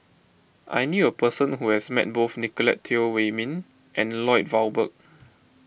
I knew a person who has met both Nicolette Teo Wei Min and Lloyd Valberg